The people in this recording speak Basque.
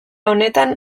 honetan